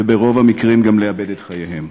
וברוב המקרים גם לאבד את חייהם.